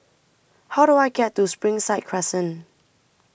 How Do I get to Springside Crescent